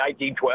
1912